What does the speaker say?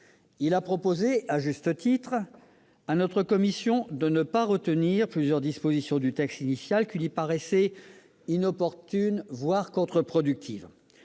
Il a proposé, à juste titre, à notre commission de ne pas retenir plusieurs dispositions du texte initial qui lui paraissaient inopportunes, voire contre-productives.